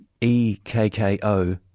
E-K-K-O